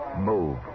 move